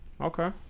Okay